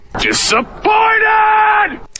Disappointed